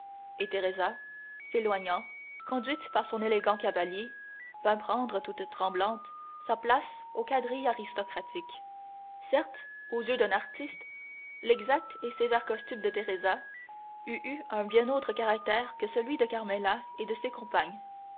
et teresa s'éloignant conduite par son élégant cavalier vint prendre toute tremblante sa place au quadrille aristocratique certes aux yeux d'un artiste l'exact et sévère costume de teresa eût eu un bien autre caractère que celui de carmela et des ses compagnes